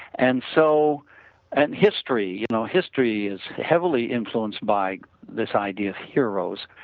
and so and history you know history is heavily influenced by this idea of heroes.